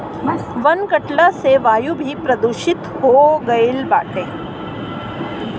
वन कटला से वायु भी प्रदूषित हो गईल बाटे